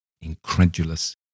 incredulous